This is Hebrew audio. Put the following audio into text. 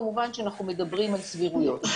כמובן שאנחנו מדברים על סבירויות.